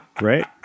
right